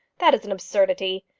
that is an absurdity.